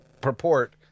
purport